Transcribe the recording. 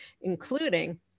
including